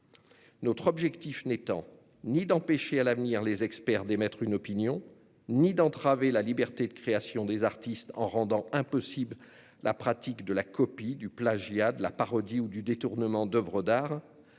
Notre objectif n'est ni d'empêcher à l'avenir les experts d'émettre une opinion ni d'entraver la liberté de création des artistes en rendant impossible la pratique de la copie, du plagiat, de la parodie ou du détournement d'oeuvre d'art